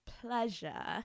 pleasure